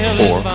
four